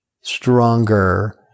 stronger